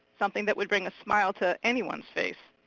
something that would bring a smile to anyone's face.